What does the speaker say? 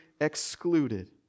excluded